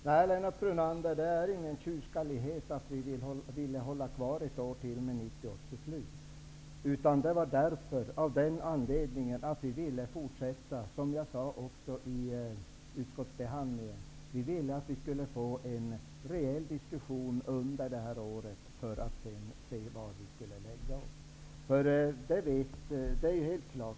Fru talman! Lennart Brunander, det är inte av tjurskallighet som vi vill ha kvar 1990-års beslut ett år till. Anledningen var att vi -- som jag också sade vid utskottsbehandlingen -- ville ha en rejäl diskussion under året för att sedan se vad vi kommer fram till.